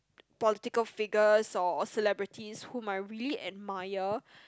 political figures or celebrities whom I really admire